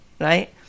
right